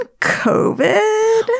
COVID